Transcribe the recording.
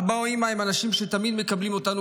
אבא או אימא הם האנשים שתמיד מקבלים אותנו